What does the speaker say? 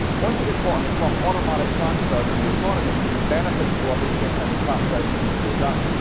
once you get caught in a slump, automatic transfers in the economy mean that benefits go up at the same time as tax revenues go down.